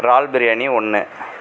இறால் பிரியாணி ஒன்று